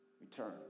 Return